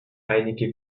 einige